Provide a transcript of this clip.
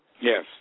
Yes